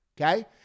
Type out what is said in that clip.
Okay